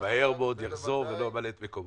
שמהר מאוד יחזור ולא אמלא את מקומו.